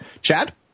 Chad